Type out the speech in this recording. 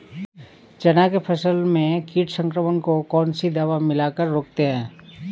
चना के फसल में कीट संक्रमण को कौन सी दवा मिला कर रोकते हैं?